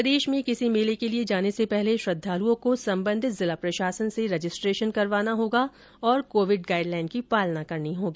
प्रदेश में किसी मेले के लिए जाने से पहले श्रद्दालुओं को संबंधित जिला प्रशासन से रजिस्ट्रेशन करवाना होगा और कोविड गाइड लाइन की पालना करनी होगी